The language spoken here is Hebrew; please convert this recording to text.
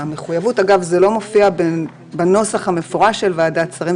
זה לא מופיע בנוסח המפורש של ועדת השרים,